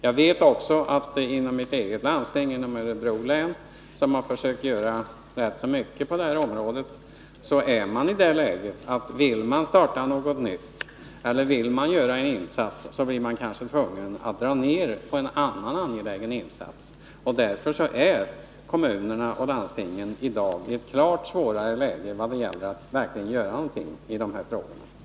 Jag vet också att man inom Örebro läns landsting, mitt eget landstingsområde, som har försökt göra mycket på detta område, befinner sig i den situationen att man, om man vill starta något nytt eller göra en insats, blir tvungen att dra ned på en annan angelägen insats. Landstingen och kommunerna befinner sig i dag i en situation där det är klart svårare än tidigare att göra insatser för att råda bot på alkoholoch narkotikamissbruket.